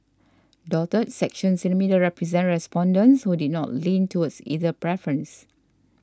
dotted sections in the middle represent respondents who did not lean towards either preference